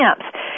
camps